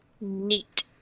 Neat